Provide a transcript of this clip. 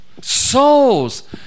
Souls